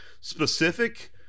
specific